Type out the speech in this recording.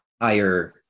higher